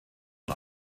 und